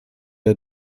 der